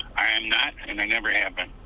i am not and i never have been.